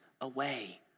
away